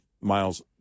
miles